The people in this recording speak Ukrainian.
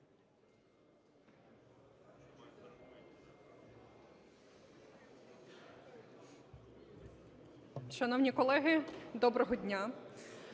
доброго дня.